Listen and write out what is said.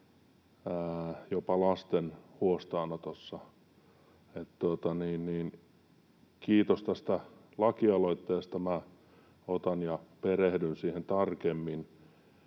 siinä lasten huostaanotossa. Kiitos tästä lakialoitteesta. Minä otan ja perehdyn siihen tarkemmin,